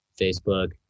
Facebook